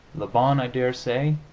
le bon, i daresay,